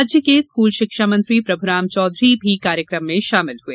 राज्य के स्कूल शिक्षा मंत्री प्रभुराम चौधरी भी कार्यक्रम में शामिल हुए